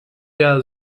der